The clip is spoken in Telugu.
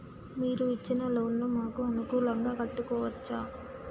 మీరు ఇచ్చిన లోన్ ను మాకు అనుకూలంగా కట్టుకోవచ్చా?